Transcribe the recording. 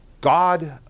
God